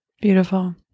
Beautiful